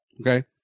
Okay